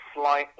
slightly